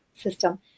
system